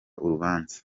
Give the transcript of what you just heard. urubanza